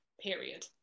period